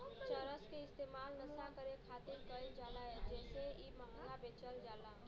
चरस के इस्तेमाल नशा करे खातिर कईल जाला जेसे इ महंगा बेचल जाला